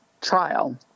trial